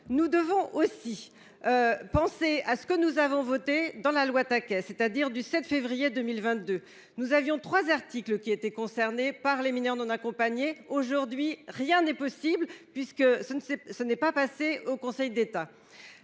nous devons aussi. Penser à ce que nous avons voté dans la loi taquet, c'est-à-dire du 7 février 2022, nous avions 3 articles qui étaient concernés par les mineurs non accompagnés aujourd'hui rien n'est possible puisque ça ne s'est. Ce n'est pas passé au Conseil d'État.